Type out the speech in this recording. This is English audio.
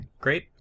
great